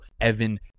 Evan